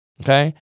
Okay